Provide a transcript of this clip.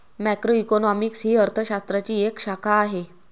macroeconomics ही अर्थ शास्त्राची एक शाखा आहे